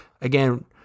again